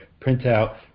printout